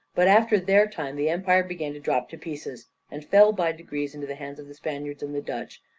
but after their time the empire began to drop to pieces, and fell by degrees into the hands of the spaniards and the dutch,